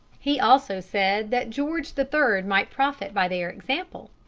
he also said that george the third might profit by their example.